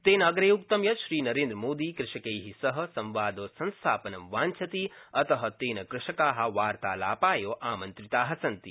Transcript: तेन अग्रे उक्तं यत् श्रीनरेन्द्रमोदी कृषकै सह संवादसंस्थापनं वाव्छति अत तेन कृषका वार्तालापाय आमन्त्रिता सन्ति